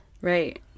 Right